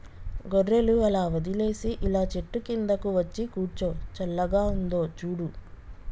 గొర్రెలు అలా వదిలేసి ఇలా చెట్టు కిందకు వచ్చి కూర్చో చల్లగా ఉందో చూడు